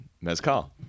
Mezcal